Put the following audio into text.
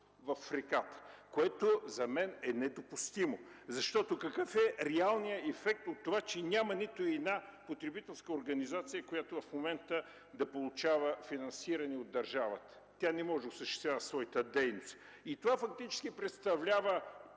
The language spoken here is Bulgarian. в реката, което за мен е недопустимо. Какъв е реалният ефект от това, че няма нито една потребителска организация, която в момента да получава финансиране от държавата? Тя не може да осъществява своята дейност. И това фактически в не малка